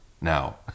now